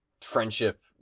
friendship